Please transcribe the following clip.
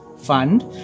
fund